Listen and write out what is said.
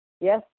Yes